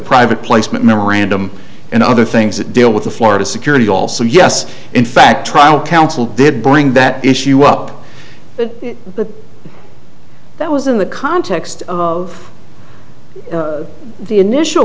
private placement memorandum and other things that deal with the florida security also yes in fact trial counsel did bring that issue up but that was in the context of the initial